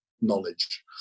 knowledge